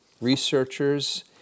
Researchers